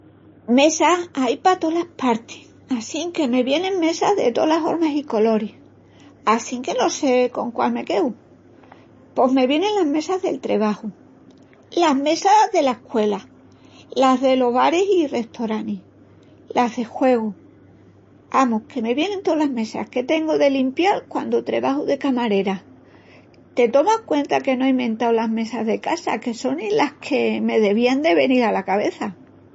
Mesas ain pa toas partis assinque me vienin mesas de tolas hormas i coloris assinque no se con quál me queu. Pos me vienin las mesas del trebaju, las mesas dela escuela, las delos baris i restoranis, las de juegu, amus, que me vienin tolas mesas que tengu de limpial quandu trebaju de camarera. Te tomas cuenta que no ei mentau las mesas de casa que sonin las que me devían de venil ala cabeça.